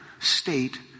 state